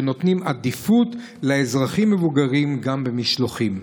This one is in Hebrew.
ונותנים עדיפות לאזרחים מבוגרים גם במשלוחים.